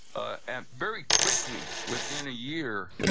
ah and very quickly, within a year,